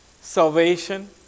salvation